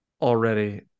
already